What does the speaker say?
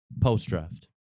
Post-draft